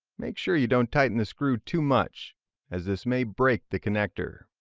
make sure you don't tighten the screw too much as this may break the connector.